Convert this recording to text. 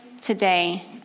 today